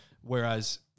Whereas